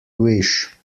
wish